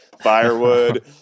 firewood